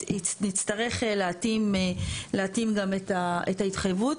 נצטרך להתאים גם את ההתחייבות.